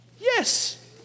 Yes